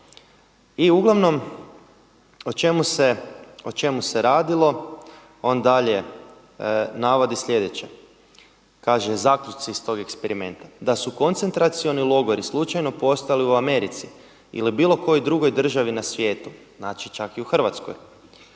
I uglavnom o čemu se radilo? On dalje navodi sljedeće. Kaže, zaključci iz tog eksperimenta. Da su koncentracioni logori slučajno postojali u Americi ili bilo kojoj drugoj državi na svijetu, znači čak i u Hrvatskoj,